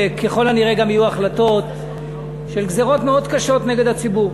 וככל הנראה גם יהיו החלטות של גזירות מאוד קשות נגד הציבור.